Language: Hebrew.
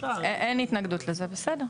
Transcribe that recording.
אין התנגדות לזה, בסדר.